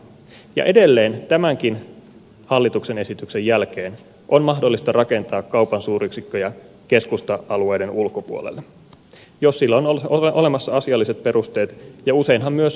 ja edelleen tämänkin hallituksen esityksen jälkeen on mahdollista rakentaa kaupan suuryksikköjä keskusta alueiden ulkopuolelle jos sille on olemassa asialliset perusteet ja useinhan myös on